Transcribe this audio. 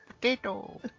potato